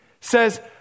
says